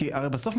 כי הרי בסוף,